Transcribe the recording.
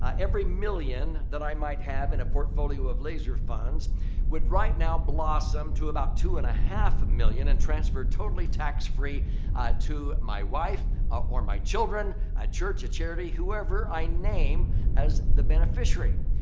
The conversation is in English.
every million that i might have in a portfolio of laser funds would right now blossom to about two and a half million and transfer totally tax-free to my wife or my children, a church, a charity. whoever i name as the beneficiary.